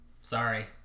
sorry